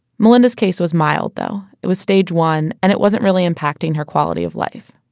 melynda's case was mild though it was stage one and it wasn't really impacting her quality of life.